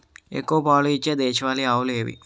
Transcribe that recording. ఎక్కువ పాలు ఇచ్చే దేశవాళీ ఆవులు ఏవి?